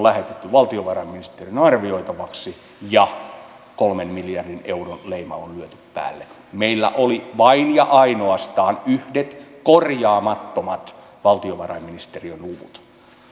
lähetetty valtiovarainministerin arvioitavaksi ja kolmen miljardin euron leima on lyöty päälle meillä oli vain ja ainoastaan yhdet korjaamattomat valtiovarainministeriön luvut